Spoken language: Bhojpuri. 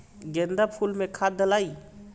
गेंदा फुल मे खाद डालाई?